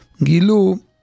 Gilu